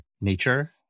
nature